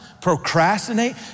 Procrastinate